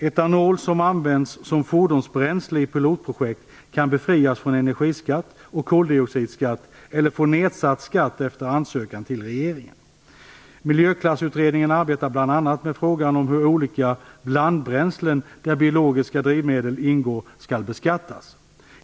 Etanol som används som fordonsbränsle i pilotprojekt kan befrias från energiskatt och koldioxidskatt eller få nedsatt skatt efter ansökan till regeringen. Miljöklassutredningen arbetar bl.a. med frågan om hur olika blandbränslen, där biologiska drivmedel ingår, skall beskattas.